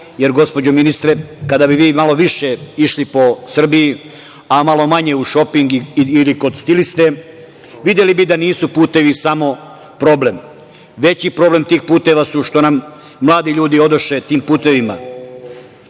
jer gospođo ministre kada bi vi malo više išli po Srbiji, a malo manje u šoping ili kod stiliste, videli bi da nisu putevi samo problem. Veći problem tih puteva su, što nam mladi ljudi odoše tim putevima.